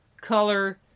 color